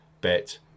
bet